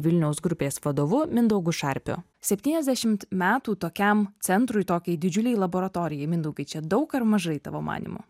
vilniaus grupės vadovu mindaugu šarpiu septyniasdešimt metų tokiam centrui tokiai didžiulei laboratorijai mindaugai čia daug ar mažai tavo manymu